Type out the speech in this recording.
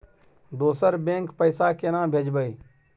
दोसर बैंक पैसा केना भेजबै?